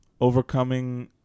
overcoming